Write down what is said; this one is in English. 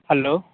hello